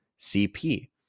CP